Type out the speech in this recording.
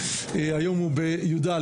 היום הוא בי"א,